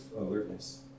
alertness